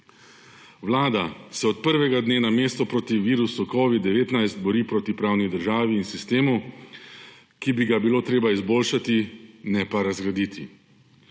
Vlada se od prvega dne namesto proti virusu covida-19 bori proti pravni državi in sistemu, ki bi ga bilo treba izboljšati, ne pa razgraditi.